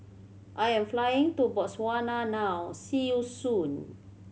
I am flying to Botswana now see you soon